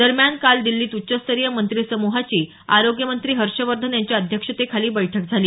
दरम्यान काल दिल्लीत उच्चस्तरीय मंत्री समुहाची आरोग्यमंत्री हर्षवर्धन यांच्या अध्यक्षतेखाली बैठक झाली